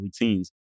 routines